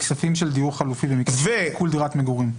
כספים של דיור חליפי עיקול דירת מגורים.